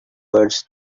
words